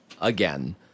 again